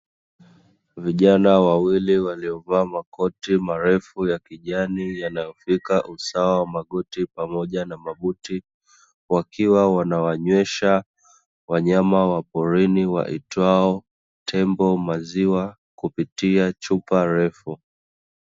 Vijana wawili waliovaa makoti marefu ya kijani yanayofika usawa wa magoti pamoja na mabuti, wakiwa wanawanyesha wanyama waporini waitwao tembo maziwa kupitia chupa refu.